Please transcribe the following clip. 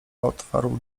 otwarł